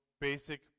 basic